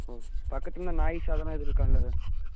ஓ பக்கத்தில் இந்த நாயிஸ் அதெல்லாம் எதுவும் இருக்காதில்ல சார்